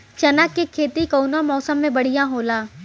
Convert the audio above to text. चना के खेती कउना मौसम मे बढ़ियां होला?